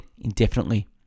indefinitely